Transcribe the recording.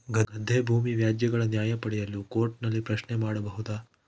ಗದ್ದೆ ಭೂಮಿ ವ್ಯಾಜ್ಯಗಳ ನ್ಯಾಯ ಪಡೆಯಲು ಕೋರ್ಟ್ ನಲ್ಲಿ ಪ್ರಶ್ನೆ ಮಾಡಬಹುದಾ?